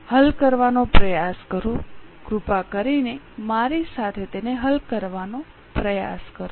ચાલો કૃપા કરીને મારી સાથે મળીને હલ કરવાનો પ્રયાસ કરીએ